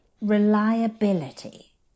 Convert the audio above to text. reliability